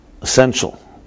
essential